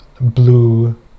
Blue